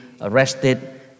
arrested